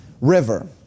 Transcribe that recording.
River